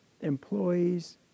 employees